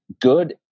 good